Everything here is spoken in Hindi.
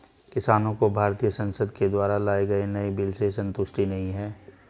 किसानों को भारतीय संसद के द्वारा लाए गए नए बिल से संतुष्टि नहीं है